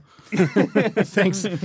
Thanks